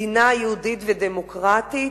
מדינה יהודית ודמוקרטית,